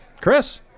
Chris